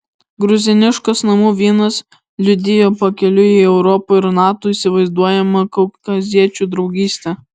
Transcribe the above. gruziniškas namų vynas liudijo pakeliui į europą ir nato įsivaizduojamą kaukaziečių draugystę